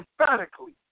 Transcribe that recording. emphatically